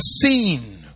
seen